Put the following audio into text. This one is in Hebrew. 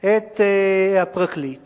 את הפרקליט